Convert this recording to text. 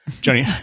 Johnny